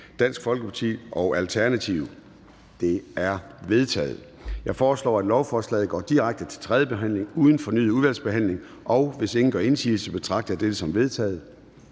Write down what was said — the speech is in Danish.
DD, LA, KF, DF og ALT)? De er vedtaget. Jeg foreslår, at lovforslaget går direkte til tredje behandling uden fornyet udvalgsbehandling, og hvis ingen gør indsigelse, betragter jeg dette som vedtaget.